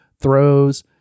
throws